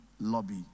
Lobby